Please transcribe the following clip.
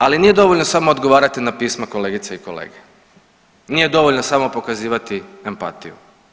Ali nije dovoljno samo odgovarati na pisma kolegice i kolege, nije dovoljno samo pokazivati empatiju.